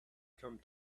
come